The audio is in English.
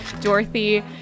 dorothy